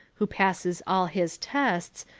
who passes all his tests,